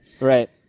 right